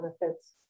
benefits